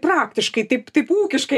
praktiškai taip taip ūkiškai